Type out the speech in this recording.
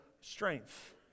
strength